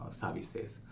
services